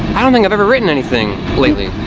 i don't think i've ever written anything lately.